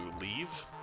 leave